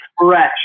fresh